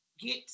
Get